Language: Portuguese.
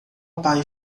pai